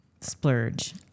splurge